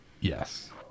yes